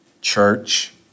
church